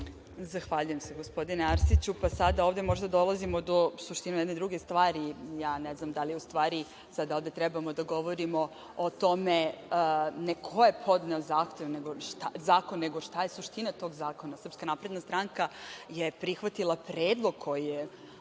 Zahvaljujem se, gospodine Arsiću. Sada ovde možda dolazimo do suštine jedne druge stvari. Ja ne znam da li u stvari sada ovde treba da govorimo o tome ko je podneo zakon, nego šta je suština tog zakona. Srpska napredna stranka je prihvatila predlog koji je